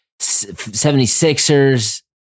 76ers